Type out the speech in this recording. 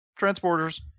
Transporters